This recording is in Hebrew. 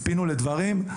חיכינו לדברים.